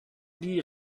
die